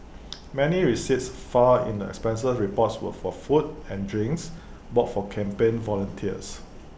many receipts filed in the expenses reports were for food and drinks bought for campaign volunteers